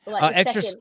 Extra